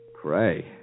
Pray